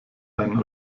einen